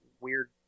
weird